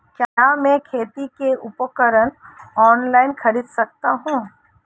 क्या मैं खेती के उपकरण ऑनलाइन खरीद सकता हूँ?